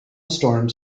storms